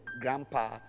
grandpa